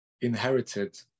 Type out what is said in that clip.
inherited